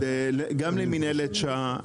גם להוראת שעה,